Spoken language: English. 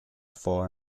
for